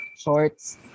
Shorts